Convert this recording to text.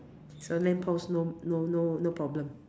so lamp post no no no no problem